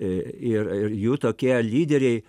ir ir jų tokie lyderiai